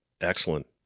excellent